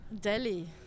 Delhi